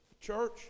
Church